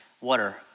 water